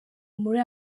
muri